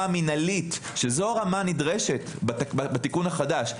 המינהלית שזו הרמה הנדרשת בתיקון החדש,